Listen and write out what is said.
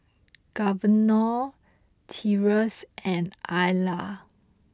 Governor Tyrus and Alia